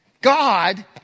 God